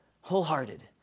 wholehearted